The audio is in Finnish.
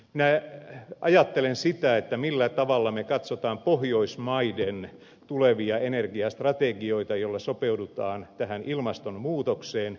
minä ajattelen sitä millä tavalla me katsomme pohjoismaiden tulevia energiastrategioita joilla sopeudutaan tähän ilmastomuutokseen